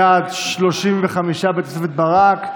בעד, 35, בתוספת ברק,